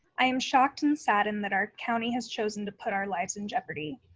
i am shocked and saddened that our county has chosen to put our lives in jeopardy.